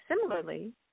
similarly